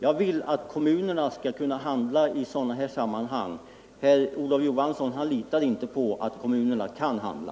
Jag vill att kommunerna skall kunna handla i sådana här sammanhang. Herr Olof Johansson litar inte på att kommunerna kan handla.